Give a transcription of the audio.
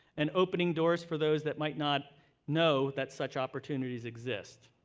and opening doors for those that might not know that such opportunities exist.